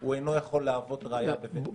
הוא אינו יכול להוות ראייה בבית משפט,